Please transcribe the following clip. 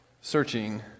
Searching